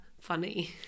funny